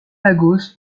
lagos